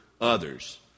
others